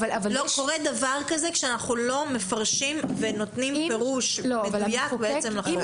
לא קורה דבר כזה כשאנחנו לא מפרשים ונותנים פירוש מדויק לחוק.